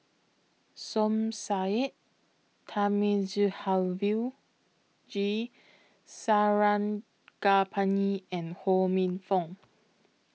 Som Said Thamizhavel G Sarangapani and Ho Minfong